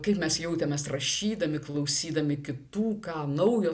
kaip mes jautėmės rašydami klausydami kitų ką naujo